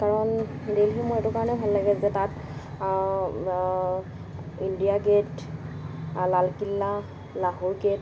কাৰণ দেলহী মোৰ এইটো কাৰণেই ভাল লাগে যে তাত India Gate Lal Qila Lahore gate